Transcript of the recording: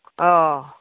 ꯑꯥꯎ